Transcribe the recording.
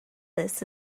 this